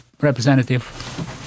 representative